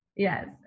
Yes